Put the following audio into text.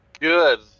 Good